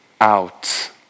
out